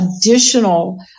additional